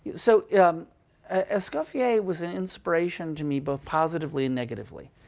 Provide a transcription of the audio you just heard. so escoffier was an inspiration to me, both positively and negatively.